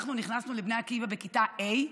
אנחנו נכנסנו לבני עקיבא בכיתה ה',